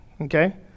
okay